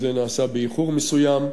זה נעשה באיחור מסוים.